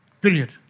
Period